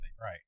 right